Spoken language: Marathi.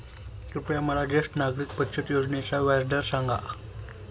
कृपया मला ज्येष्ठ नागरिक बचत योजनेचा व्याजदर सांगा